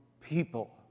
people